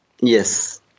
Yes